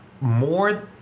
more